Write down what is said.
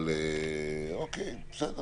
בסדר.